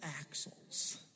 axles